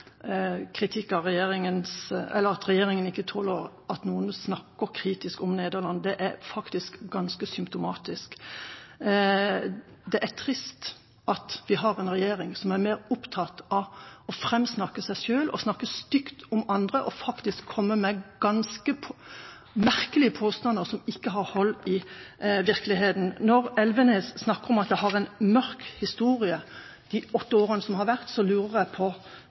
kritikk av regjeringa, eller om at regjeringa ikke tåler at noen snakker kritisk om Nederland. Det er ganske symptomatisk. Det er trist at vi har en regjering som er mer opptatt av å framsnakke seg selv og snakke stygt om andre, og komme med ganske merkelige påstander som ikke har hold i virkeligheten. Når Elvenes snakker om at de har en mørk historie, de åtte årene som har vært, lurer jeg på